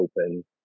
open